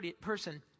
person